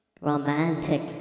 Romantic